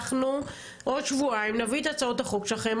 אנחנו עוד שבועיים נביא את הצעות החוק שלכם.